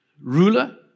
ruler